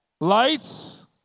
Lights